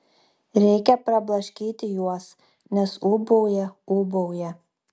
reikia prablaškyti juos nes ūbauja ūbauja